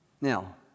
Now